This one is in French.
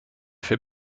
fait